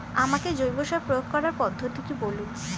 আমাকে জৈব সার প্রয়োগ করার পদ্ধতিটি বলুন?